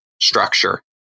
structure